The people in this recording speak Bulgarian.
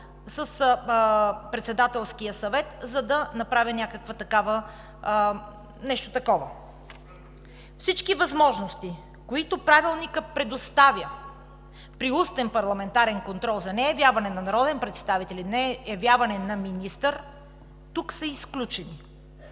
с Председателския съвет, за да направя нещо такова. Всички възможности, които Правилникът предоставя при устен парламентарен контрол за неявяване на народен представител или неявяване на министър, тук са изключени!